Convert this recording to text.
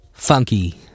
Funky